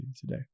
today